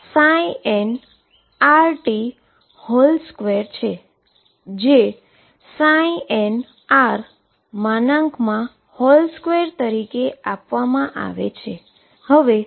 તેથી probability density nrt2 છે જે nr2 તરીકે આપવામાં આવે છે